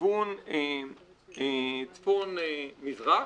לכיוון צפון מזרח,